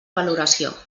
valoració